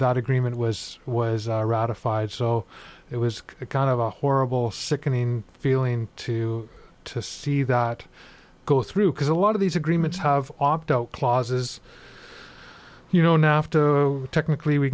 that agreement was was ratified so it was kind of a horrible sickening feeling to to see that go through because a lot of these agreements have opt out clause is you know now technically we